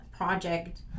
project